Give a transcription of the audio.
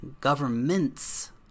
governments